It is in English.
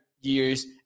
years